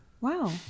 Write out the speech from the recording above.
wow